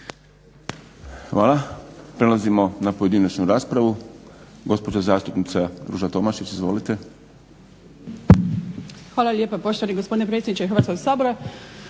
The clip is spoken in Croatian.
Hvala. Prelazimo na pojedinačnu raspravu. Gospođa zastupnica Ruža Tomašić. Izvolite. **Tomašić, Ruža (HSP AS)** Hvala lijepa. Poštovani gospodine predsjedniče Hrvatskog sabora.